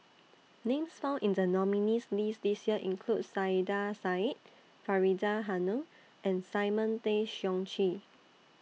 Names found in The nominees' list This Year include Saiedah Said Faridah Hanum and Simon Tay Seong Chee